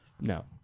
No